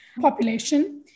population